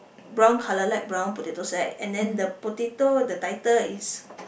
brown colour light brown potato sack and then the potato the title is